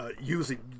using